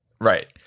right